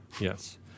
Yes